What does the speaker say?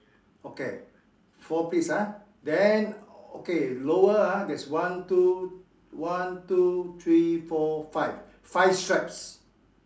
okay four pleats ah then okay lower ah there's one two one two three four five five stripes